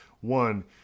one